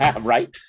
Right